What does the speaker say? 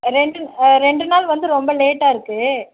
ரெண்டு ரெண்டுநாள் வந்து ரொம்ப லேட்டாக இருக்குது